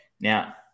Now